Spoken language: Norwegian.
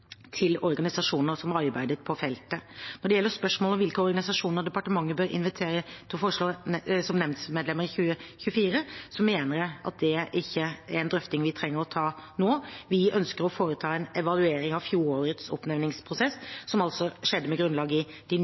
til organisasjoner som arbeider på feltet. Når det gjelder spørsmålet om hvilke organisasjoner departementet bør invitere til å foreslå nemndmedlemmer i 2024, mener jeg at det ikke er en drøfting vi trenger å ta nå. Vi ønsker å foreta en evaluering av fjorårets oppnevningsprosess, som altså skjedde med grunnlag i de